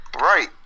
Right